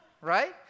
right